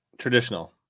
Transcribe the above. traditional